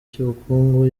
cy’ubukungu